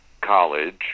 college